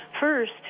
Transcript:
First